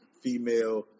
female